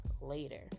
later